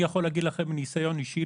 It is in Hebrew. אני יכול להגיד לכם מניסיון אישי.